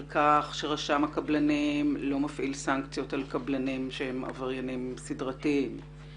על כך שרשם הקבלנים לא מפעיל סנקציות על קבלנים שהם עבריינים סדרתיים,